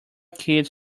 kids